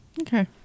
okay